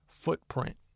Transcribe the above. footprint